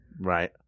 Right